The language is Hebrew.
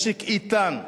משק איתן,